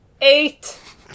Eight